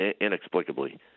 inexplicably